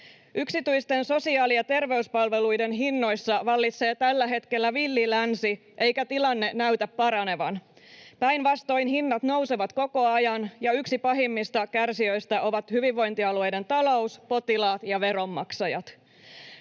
Yksityisten sosiaali- ja terveyspalveluiden hinnoissa vallitsee tällä hetkellä villi länsi, eikä tilanne näytä paranevan. Päinvastoin hinnat nousevat koko ajan, ja yksi pahimmista kärsijöistä ovat hyvinvointialueiden talous, potilaat ja veronmaksajat.